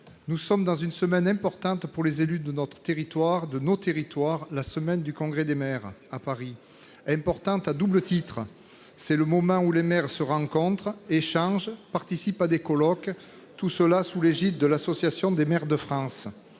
nous sommes dans une semaine importante pour les élus de nos territoires, la semaine du Congrès des maires à Paris. Cette semaine est importante à double titre : c'est le moment où les maires se rencontrent, échangent, participent à des colloques, sous l'égide de l'Association des maires de France.